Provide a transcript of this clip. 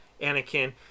Anakin